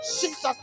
Jesus